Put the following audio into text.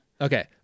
Okay